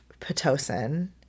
Pitocin